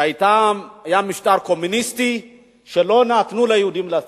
כשהיה משטר קומוניסטי לא נתנו ליהודים לצאת.